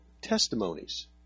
testimonies